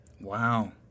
wow